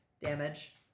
damage